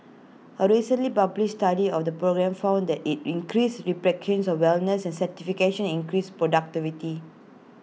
A recently published study of the program found that IT increased of wellness and satisfaction increased productivity